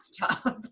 bathtub